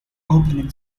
opening